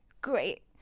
great